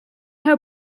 her